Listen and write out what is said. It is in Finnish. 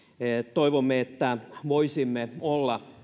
toivomme että voisimme olla